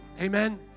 Amen